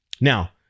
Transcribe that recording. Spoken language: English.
Now